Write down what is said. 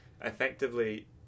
effectively